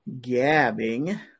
gabbing